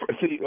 See